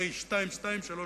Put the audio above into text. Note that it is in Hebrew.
פ/2239.